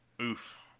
oof